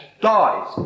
dies